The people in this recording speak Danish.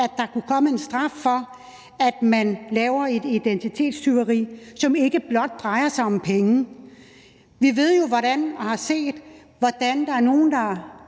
at der kunne komme en straf for, at man laver et identitetstyveri, som ikke blot drejer sig om penge. Vi har jo set, hvordan der er nogle, der